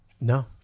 no